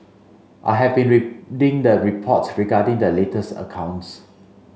I have been reading the reports regarding the latest accounts